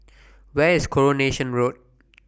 Where IS Coronation Road